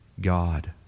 God